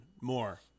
more